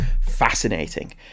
fascinating